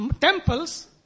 temples